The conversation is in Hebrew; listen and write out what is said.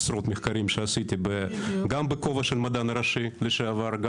עשרות מחקרים שעשיתי גם בכובע של המדען הראשי לשעבר.